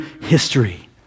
history